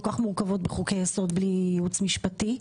כך מורכבות בחוקי יסוד בלי ייעוץ משפטי.